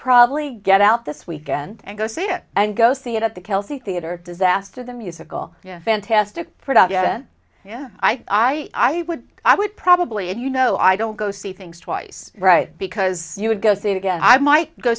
probably get out this weekend and go see it and go see it at the kelsey theatre disaster the musical yeah fantastic production yeah i thought i would i would probably and you know i don't go see things twice right because you would go see it again i might go